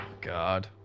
God